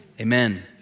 Amen